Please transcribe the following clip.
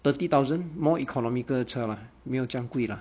thirty thousand more economical 车 lah 没有这样贵 lah